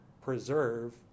preserve